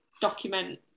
document